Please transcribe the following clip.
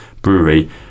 brewery